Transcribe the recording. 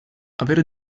avere